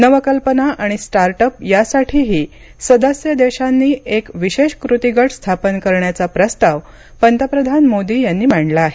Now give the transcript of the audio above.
नवकल्पना आणि start up यासाठीही सदस्य देशांनी एक विशेष कृती गट स्थापन करण्याचा प्रस्ताव पंतप्रधान मोदी यांनी मांडला आहे